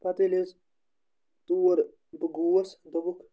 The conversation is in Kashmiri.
پَتہٕ ییٚلہِ حظ تور بہٕ گوس دوٚپُکھ